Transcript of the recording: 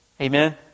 Amen